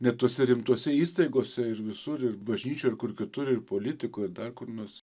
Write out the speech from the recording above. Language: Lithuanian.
net tose rimtose įstaigose ir visur ir bažnyčioj ir kur kitur ir politikoj ir dar kur nors